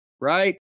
right